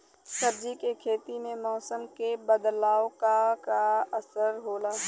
सब्जी के खेती में मौसम के बदलाव क का असर होला?